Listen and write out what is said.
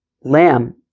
lamb